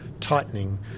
tightening